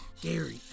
Gary